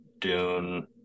Dune